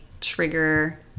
trigger